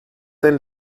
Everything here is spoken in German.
den